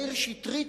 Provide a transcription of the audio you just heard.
מאיר שטרית,